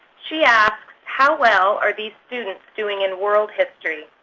she asks, how well are these students doing in world history?